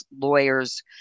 lawyers